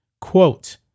Quote